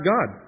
God